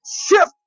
shift